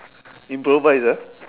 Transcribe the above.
improvise ah